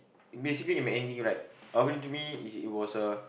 basically can be anything right according to me it was a